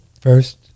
first